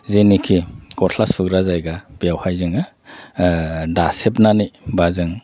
जेनाखि गस्ला सुग्रा जायगा बेवहाय जोङो दासेबनानै बा जों